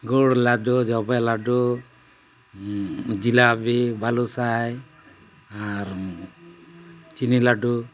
ᱜᱩᱲ ᱞᱟᱹᱰᱩ ᱡᱚᱵᱮ ᱞᱟᱹᱰᱩ ᱡᱷᱤᱞᱟᱹᱯᱤ ᱵᱟᱹᱞᱩ ᱥᱟᱭ ᱟᱨ ᱪᱤᱱᱤ ᱞᱟᱹᱰᱩ